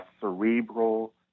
cerebral